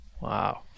Wow